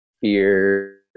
fear